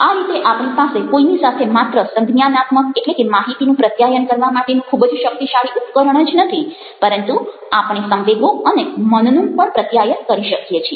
આ રીતે આપણી પાસે કોઈની સાથે માત્ર સંજ્ઞાનાત્મક એટલે કે માહિતીનું પ્રત્યાયન કરવા માટેનું ખૂબ જ શક્તિશાળી ઉપકરણ જ નથી પરંતુ આપણે સંવેગો અને મનનું પણ પ્રત્યાયન કરી શકીએ છીએ